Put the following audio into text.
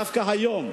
דווקא היום,